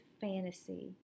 fantasy